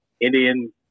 Indian